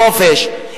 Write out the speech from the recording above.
חופש,